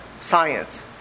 Science